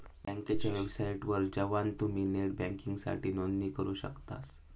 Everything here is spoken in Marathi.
बँकेच्या वेबसाइटवर जवान तुम्ही नेट बँकिंगसाठी नोंदणी करू शकतास